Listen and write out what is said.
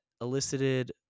elicited